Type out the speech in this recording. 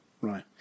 Right